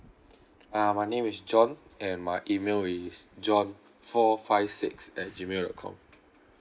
uh my name is john and my email is john four five six at gmail dot com